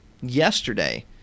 yesterday